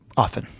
often.